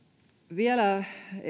vielä